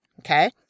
okay